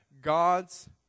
God's